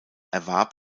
erwarb